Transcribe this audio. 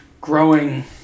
growing